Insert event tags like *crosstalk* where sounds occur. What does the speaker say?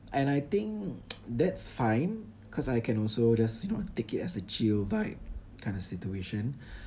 and I think *noise* that's fine cause I can also just you know take it as a chill vibe kind of situation